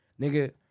Nigga